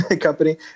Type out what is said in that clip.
company